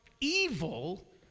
evil